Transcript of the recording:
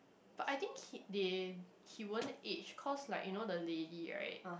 but I think he they he won't age cause like you know the lady right